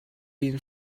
been